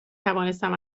توانستم